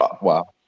Wow